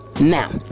Now